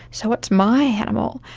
so what's my animal?